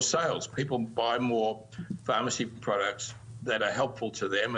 Chemist Warehouse